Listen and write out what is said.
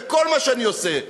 וכל מה שאני עושה,